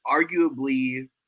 arguably